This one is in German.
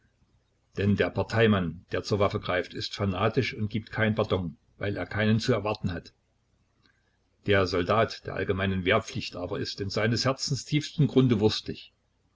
denn der parteimann der zur waffe greift ist fanatisch und gibt keinen pardon weil er keinen zu erwarten hat der soldat der allgemeinen wehrpflicht aber ist in seines herzens tiefstem grunde wurstig